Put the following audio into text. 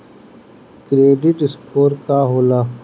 Credit score का होला?